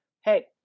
Hey